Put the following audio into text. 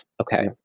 okay